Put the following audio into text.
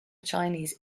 chinese